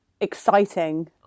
exciting